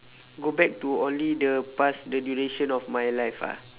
go back to only the past the duration of my life ah